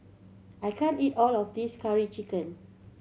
I can't eat all of this Curry Chicken